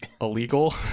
illegal